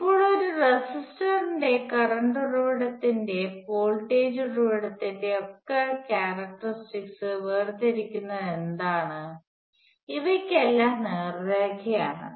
ഇപ്പോൾ ഒരു റെസിസ്റ്ററിന്റെ കറണ്ട് ഉറവിടത്തിൻറെ വോൾടേജ് ഉറവിടത്തിൻറെ ഒക്കെ ക്യാരക്ടറിസ്റ്റിക്സ് വേർതിരിക്കുന്നത് എന്താണ് ഇവയ്ക്കെല്ലാം നേർരേഖ ആണ്